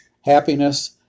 happiness